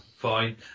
fine